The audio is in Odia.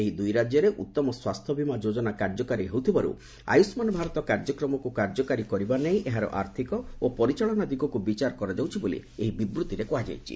ଏହି ଦୁଇ ରାଜ୍ୟରେ ଉତ୍ତମ ସ୍ୱାସ୍ଥ୍ୟବୀମା ଯୋଜନା କାର୍ଯ୍ୟକାରୀ ହେଉଥିବାରୁ ଆୟୁଷ୍ମାନ ଭାରତ କାର୍ଯ୍ୟକ୍ରମକୁ କାର୍ଯ୍ୟକାରୀ କରିବା ନେଇ ଏହାର ଆର୍ଥିକ ପରିଚାଳନା ଦିଗକୁ ବିଚାର କରାଯାଉଛି ବୋଲି ଏହି ବିବୃତ୍ତିରେ କୁହାଯାଇଛି